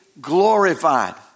glorified